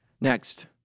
Next